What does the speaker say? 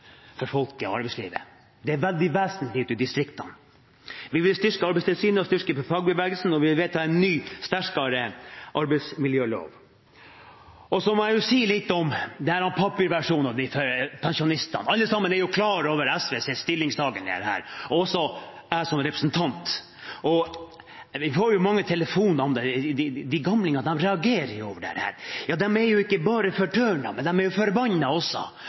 for folk i arbeidslivet. Det er veldig vesentlig ute i distriktene. Vi vil styrke Arbeidstilsynet og styrke fagbevegelsen når vi vedtar en ny, sterkere arbeidsmiljølov. Så må jeg si litt om papirversjonen til pensjonistene. Alle sammen er jo klar over SVs stillingtagen her, og også jeg som representant. Vi får mange telefoner om dette. De gamle reagerer på dette. De er ikke bare fortørnet, men de er forbannet også. Så vi må lytte til dem. Jeg mener med all respekt at dette rett og slett er